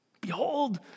Behold